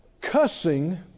cussing